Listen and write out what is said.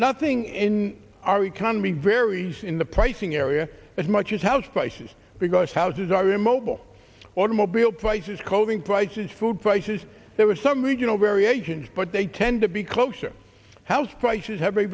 nothing in our economy varies in the pricing area as much as house prices because houses are immobile automobile prices coding prices food prices there are some regional variations but they tend to be closer house prices have very